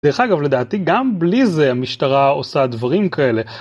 דרך אגב, לדעתי גם בלי זה המשטרה עושה דברים כאלה.